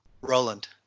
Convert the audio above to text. Roland